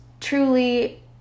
truly